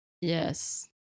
Yes